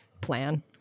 plan